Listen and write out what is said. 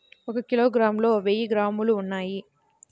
ఒక కిలోగ్రామ్ లో వెయ్యి గ్రాములు ఉన్నాయి